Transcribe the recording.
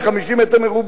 ל-50 מ"ר.